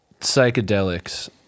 psychedelics